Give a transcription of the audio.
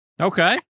Okay